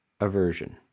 aversion